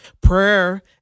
Prayer